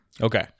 Okay